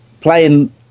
playing